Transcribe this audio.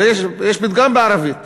יש פתגם בערבית שאומר,